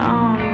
on